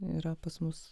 yra pas mus